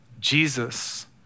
Jesus